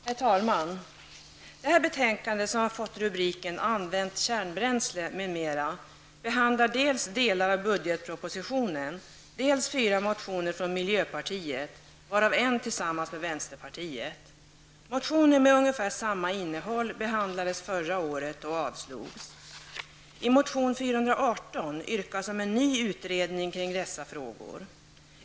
Herr talman! I detta betänkande, som fått rubriken Använt kärnbränsle, m.m., behandlas dels delar av budgetpropositionen, dels fyra motioner från miljöpartiet, varav en tillsammans med vänsterpartiet. Motioner med ungefär samma innehåll behandlades förra året och avslogs. I motion 418 yrkas om en ny utredning kring dessa frågor.